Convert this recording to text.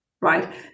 right